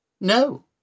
No